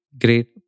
Great